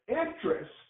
interest